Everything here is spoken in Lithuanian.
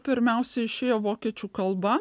pirmiausia išėjo vokiečių kalba